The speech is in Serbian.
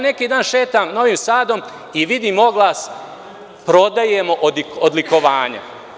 Neki dan šetam Novim Sadom i vidim oglas – prodajemo odlikovanja.